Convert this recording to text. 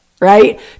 right